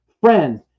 friends